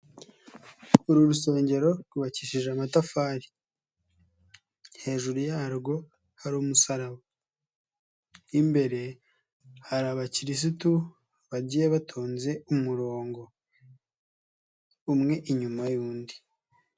Uru rusengero rwubakishije amatafari. Hejuru yarwo hari umusaraba. Imbere hari Abakirisitu bagiye batonze umurongo. Umwe inyuma y'undi.